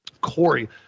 Corey